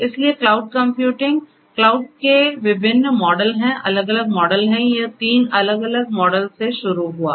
इसलिए cloud computing cloud के विभिन्न मॉडल हैं अलग अलग मॉडल हैं यह तीन अलग अलग मॉडल से शुरू हुआ